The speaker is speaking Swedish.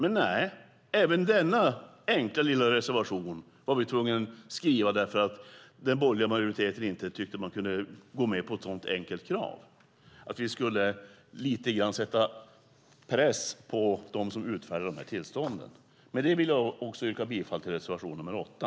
Men nej, även denna enkla lilla reservation var vi tvungna att skriva för att den borgerliga majoriteten inte tyckte att man kunde gå med på det enkla kravet att lite grann sätta press på dem som utfärdar dessa tillstånd. Jag yrkar bifall till reservation nr 8.